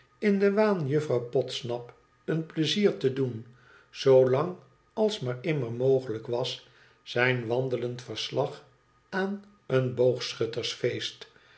in den waan juffrouw podsnap een pleizier te doen zoo lang als maar immer mogelijk was zijn wandelend verslag van een boogschuttersfeest